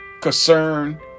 Concern